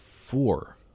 four